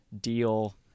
deal